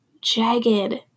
jagged